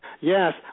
Yes